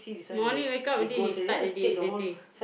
morning wake up already he start already